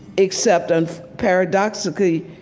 except, and paradoxically,